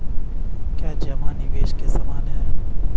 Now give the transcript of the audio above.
क्या जमा निवेश के समान है?